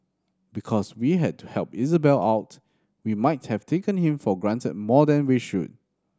because we had to help Isabelle out we might have taken him for granted more than we should